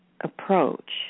approach